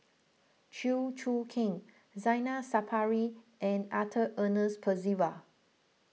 Chew Choo Keng Zainal Sapari and Arthur Ernest Percival